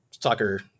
soccer